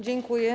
Dziękuję.